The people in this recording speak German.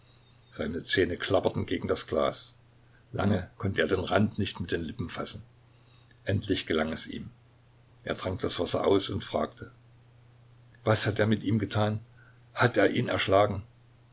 seine zähne klapperten gegen das glas lange konnte er den rand nicht mit den lippen fassen endlich gelang es ihm er trank das wasser aus und fragte was hat er mit ihm getan hat er ihn erschlagen